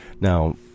Now